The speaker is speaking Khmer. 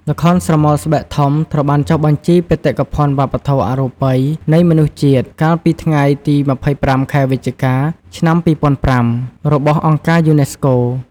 ល្ខោនស្រមោលស្បែកធំ ត្រូវបានចុះក្នុងបញ្ជីបេតិកភណ្ឌវប្បធម៌អរូបី នៃមនុស្សជាតិ កាលពីថ្ងៃទី២៥ ខែវិច្ឆិកា ឆ្នាំ២០០៥ របស់អង្គការយូណេស្កូ។